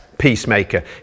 peacemaker